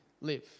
live